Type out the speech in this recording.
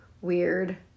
weird